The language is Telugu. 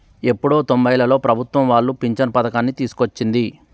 ఎప్పుడో తొంబైలలో ప్రభుత్వం వాళ్లు పించను పథకాన్ని తీసుకొచ్చింది